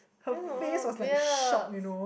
damn obvious